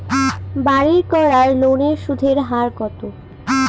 বাড়ির করার লোনের সুদের হার কত?